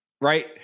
right